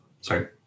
sorry